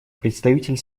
представитель